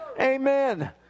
amen